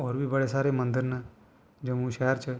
होर बी बड़े सारे मंदर न जम्मू शैहर च